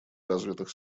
развитых